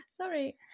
Sorry